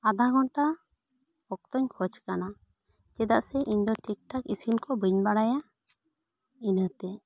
ᱟᱫᱷᱟ ᱜᱷᱚᱱᱴᱟ ᱚᱠᱛᱚ ᱤᱧ ᱠᱷᱚᱡ ᱠᱟᱱᱟ ᱪᱮᱫᱟᱜ ᱥᱮ ᱪᱮᱫᱟᱜ ᱥᱮ ᱤᱧ ᱫᱚ ᱴᱷᱤᱠ ᱴᱷᱟᱠ ᱤᱥᱤᱱ ᱠᱚ ᱵᱟᱹᱧ ᱵᱟᱰᱟᱭᱟ ᱤᱱᱟᱹᱛᱮ